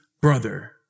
brother